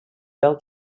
fell